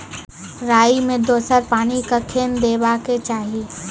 राई मे दोसर पानी कखेन देबा के चाहि?